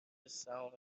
سهام